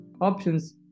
options